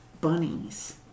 bunnies